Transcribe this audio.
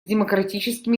демократическими